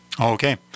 Okay